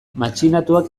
matxinatuak